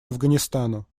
афганистану